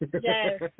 Yes